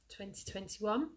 2021